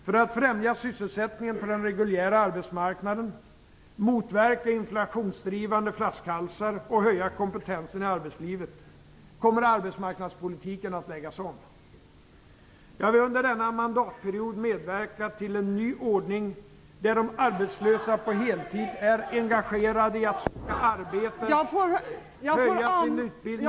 För att främja sysselsättningen på den reguljära arbetsmarknaden, motverka inflationsdrivande flaskhalsar och höja kompetensen i arbetslivet kommer arbetsmarknadspolitiken att läggas om. Jag vill under denna mandatperiod medverka till en ny ordning där de arbetslösa på heltid är engagerade i att söka arbete...